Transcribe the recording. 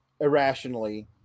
irrationally